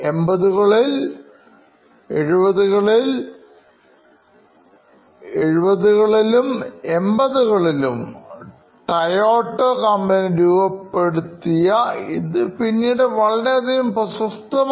എഴുപതുകളിൽ Toyota കമ്പനി രൂപപ്പെടുത്തിയ ഇത് പിന്നീട് വളരെയധികം പ്രശസ്തമായി